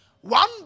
One